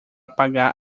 pagar